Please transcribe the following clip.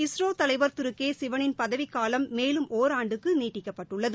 இஸ்ரோ தலைவர் திரு கே சிவனின் பதவிக்காலம் மேலும் ஒராண்டுக்கு நீட்டிக்கப்பட்டுள்ளது